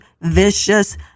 vicious